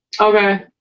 Okay